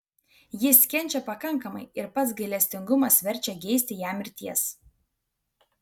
jis kenčia pakankamai ir pats gailestingumas verčia geisti jam mirties